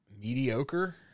mediocre